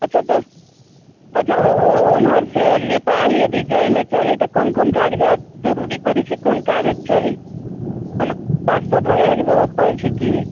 अच्छा तऽ अच्छा ओम्हरसँ नेपाल यदि जाइ लए चाही तऽ कोन कोन कागजात जरूरी पड़ै छै कोन कागज चाही कोनो पासपोर्ट वगैरहके जरूरत पड़ै छै की